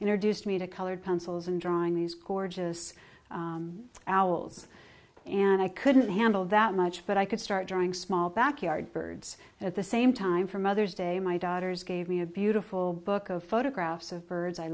to me to colored pencils and drawing these gorgeous owls and i couldn't handle that much but i could start drawing small backyard birds at the same time for mother's day my daughter's gave me a beautiful book of photographs of birds i